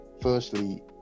Firstly